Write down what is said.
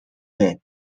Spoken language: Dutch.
bij